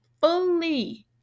fully